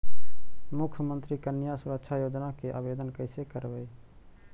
मुख्यमंत्री कन्या सुरक्षा योजना के आवेदन कैसे करबइ?